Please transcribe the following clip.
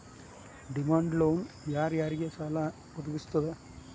Demand loan ಯಾರ್ ಯಾರಿಗ್ ಸಾಲಾ ವದ್ಗಸ್ತದ?